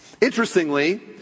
Interestingly